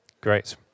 great